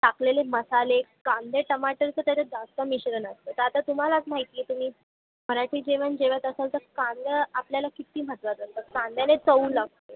टाकलेले मसाले कांदे टमाटरचं त्याच्यात जास्त मिश्रण असतं तर आता तुम्हालाच माहिती आहे तुम्ही मराठी जेवण जेवत असाल तर कांदा आपल्याला किती महत्त्वाचा असतो कांद्याने चव लागते